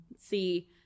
see